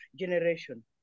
generation